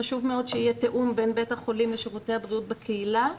חשוב מאוד שיהיה תיאום בין בית החולים לשירותי הבריאות בקהילה,